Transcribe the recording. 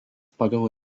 pagal